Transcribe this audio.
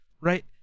right